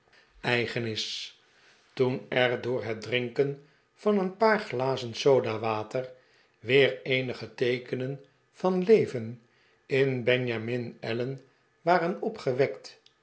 eigen is toen er door het drinken van een paar glazen sodawater weer eenige teekenen van leven in benjamin allen waren